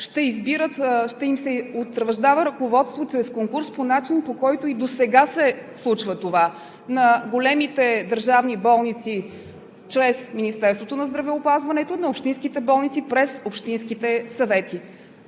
ще се утвърждава ръководство чрез конкурс по начин, по който и досега се случва това – на големите държавни болници чрез Министерството на здравеопазването, на общинските болници през общинските съвети.